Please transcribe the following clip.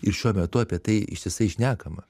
ir šiuo metu apie tai ištisai šnekama